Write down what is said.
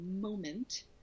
moment